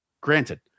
Granted